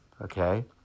okay